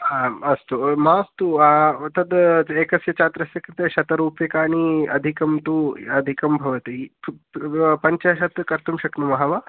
आम् अस्तु मास्तु तद् एकस्य छात्रस्य कृते शतरूप्यकाणि अधिकं तु अधिकं भवति तत् पञ्चशत् कर्तुं शक्नुमः वा